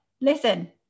listen